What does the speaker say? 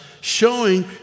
showing